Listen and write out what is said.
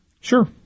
Sure